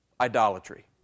idolatry